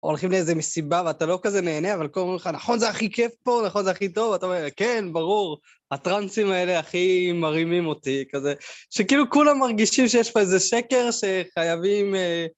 הולכים לאיזה מסיבה ואתה לא כזה נהנה, אבל כולם אומרים לך, נכון, זה הכי כיף פה, נכון, זה הכי טוב, אתה אומר, כן, ברור, הטרנסים האלה הכי מרימים אותי, כזה, שכאילו כולם מרגישים שיש פה איזה שקר שחייבים...